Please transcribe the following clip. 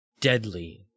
deadly